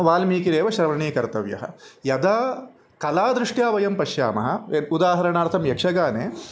वाल्मीकिरेव श्रवणीकर्तव्यः यदा कलादृष्ट्या वयं पश्यामः उदाहरणार्थं यक्षगाने